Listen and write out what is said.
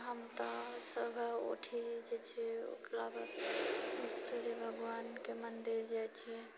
हम तऽ सुबह उठि जाइत छी ओकरा बाद सूर्य भगवानके मन्दिर जाइत छियै